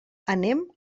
anem